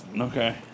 Okay